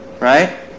Right